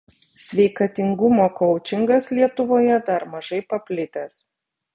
sveikatingumo koučingas lietuvoje dar mažai paplitęs